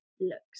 looks